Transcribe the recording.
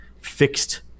fixed